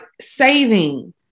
saving